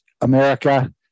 America